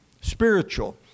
spiritual